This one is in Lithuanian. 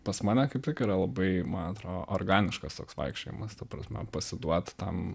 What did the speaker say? pas mane kaip tik yra labai man atrodo organiškas toks vaikščiojimas ta prasme pasiduot tam